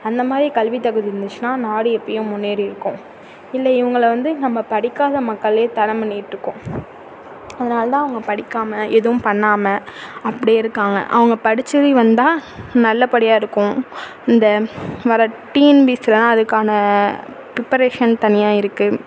அந்த மாதிரி கல்வி தகுதி இருந்துச்சுன்னா நாடு எப்போயோ முன்னேறி இருக்கும் இல்லை இவங்களை வந்து நம்ம படிக்காத மக்களே தரம் பண்ணிட்டுருக்கோம் அதனால் தான் அவங்க படிக்காமல் எதுவும் பண்ணாமல் அப்டியே இருக்காங்க அவங்க படித்து வந்தால் நல்லபடியாக இருக்கும் இந்த வர டிஎன்பிசிலலாம் அதுக்கான ப்ரிப்பரேஷன் தனியாக இருக்குது